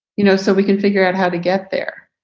you know, so we can figure out how to get there.